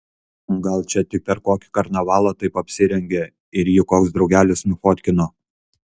gal čia tik per kokį karnavalą taip apsirengė ir jį koks draugelis nufotkino